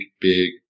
big